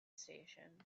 station